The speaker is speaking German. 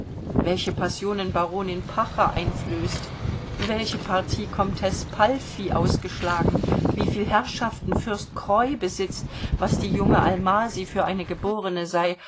welche passionen baronin pacher einflößt welche partie komteß palffy ausgeschlagen wieviel herrschaften fürst croy besitzt was die junge almasy für eine geborene sei